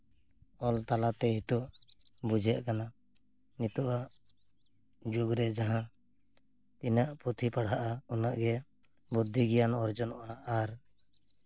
ᱚᱞ ᱛᱟᱟᱛᱮ ᱱᱤᱛᱚᱜ ᱵᱩᱡᱷᱟᱹᱜ ᱠᱟᱱᱟ ᱱᱤᱛᱚᱜᱟᱜ ᱡᱩᱜᱽ ᱨᱮ ᱡᱟᱦᱟᱸ ᱛᱤᱱᱟᱹᱜ ᱯᱩᱛᱷᱤ ᱯᱟᱲᱦᱟᱜᱼᱟ ᱩᱱᱟᱹᱜ ᱜᱮ ᱵᱩᱫᱽᱫᱷᱤ ᱜᱮᱭᱟᱱ ᱚᱨᱡᱚᱱᱚᱜᱼᱟ ᱟᱨ